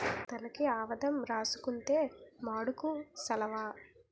తలకి ఆవదం రాసుకుంతే మాడుకు సలవ